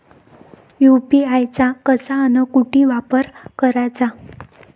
UPI चा कसा अन कुटी वापर कराचा?